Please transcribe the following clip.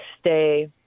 stay